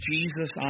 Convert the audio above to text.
Jesus